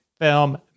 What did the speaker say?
film